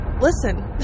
Listen